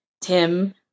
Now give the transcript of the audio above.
Tim